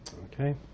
Okay